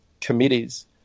committees